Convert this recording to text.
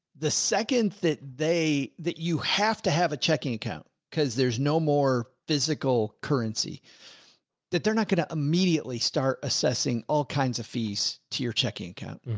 the second that they, that you have to have a checking account because there's no more physical currency that they're not going to immediately start assessing all kinds of fees to your checking account.